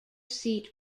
seat